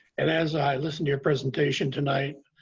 and as i listened to your presentation tonight,